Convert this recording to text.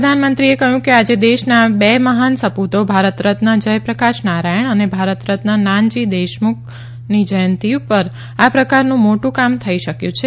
પ્રધાનમંત્રીએ કહ્યું કે આજે દેશના બે મહાન સપુતો ભારતરત્ન જયપ્રકાશ નારાયણ અને ભારત રત્ન નાનાજી દેશમુખની જયંતી પર આ પ્રકારનું મોટુ કામ થઇ શકથું છે